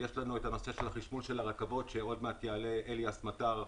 יש לנו הנושא של החשמול של הרכבות שבעניינו יעלה עוד מעט אליאס מטר,